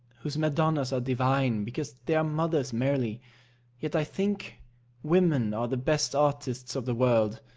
whose madonnas are divine because they are mothers merely yet i think women are the best artists of the world,